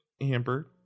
Amber